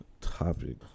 topic